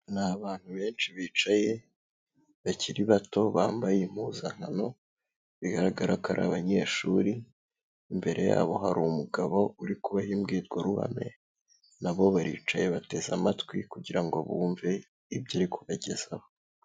Ni abantu benshi bicaye bakiri bato, bambaye impuzankano bigaragara ko abanyeshuri, imbere yabo hari umugabo uri kubaha imbwirwaruhame, na bo baricaye bateze amatwi kugira ngo bumve ibyo ari kubagezaho.